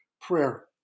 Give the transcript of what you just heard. prayer